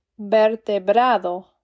Vertebrado